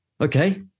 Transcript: Okay